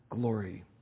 glory